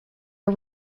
are